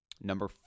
Number